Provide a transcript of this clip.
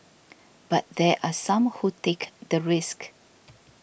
but there are some who take the risk